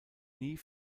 nie